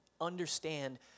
understand